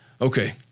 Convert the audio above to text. Okay